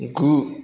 गु